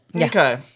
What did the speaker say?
Okay